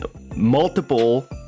multiple